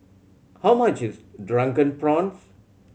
how much is Drunken Prawns